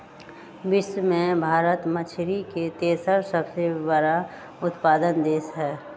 विश्व में भारत मछरी के तेसर सबसे बड़ उत्पादक देश हई